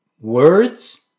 Words